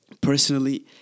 Personally